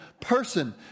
person